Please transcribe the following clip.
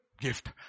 gift